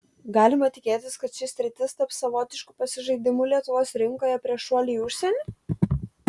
galima tikėtis kad ši sritis taps savotišku pasižaidimu lietuvos rinkoje prieš šuolį į užsienį